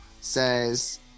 says